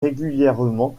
régulièrement